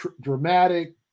dramatic